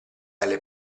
alle